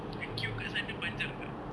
the queue kat sana panjang tak